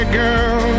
girl